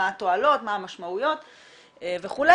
מה התועלות והמשמעויות וכולי.